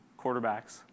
quarterbacks